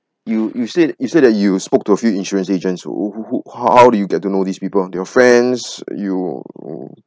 you you said you said that you spoke to a few insurance agents who who who how do you get to know these people your friends you